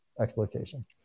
exploitation